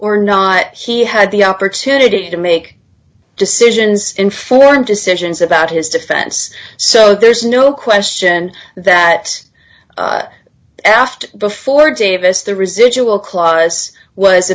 or not he had the opportunity to make decisions informed decisions about his defense so there's no question that after before davis the residual clause was